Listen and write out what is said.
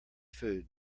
food